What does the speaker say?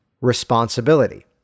responsibility